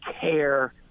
care